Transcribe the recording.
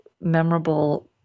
memorable